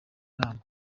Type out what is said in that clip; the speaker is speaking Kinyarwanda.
inama